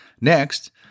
Next